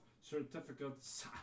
certificates